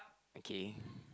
okay